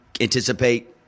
anticipate –